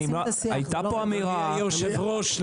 הייתה פה אמירה --- אדוני היושב-ראש,